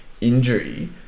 injury